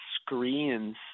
screens